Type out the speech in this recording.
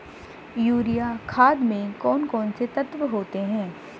Urea खाद में कौन कौन से तत्व होते हैं?